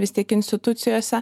vis tiek institucijose